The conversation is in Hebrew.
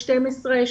12,